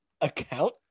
account